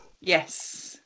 Yes